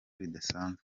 ridasanzwe